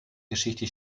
geschichte